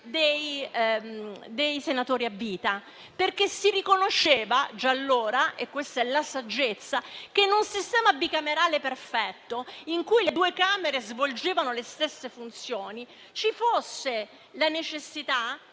dei senatori a vita. Si riconosceva già allora - questa è la saggezza - che in un sistema bicamerale perfetto, in cui le due Camere svolgevano le stesse funzioni, ci fossero la necessità